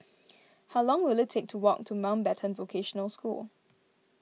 how long will it take to walk to Mountbatten Vocational School